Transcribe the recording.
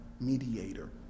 mediator